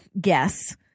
guess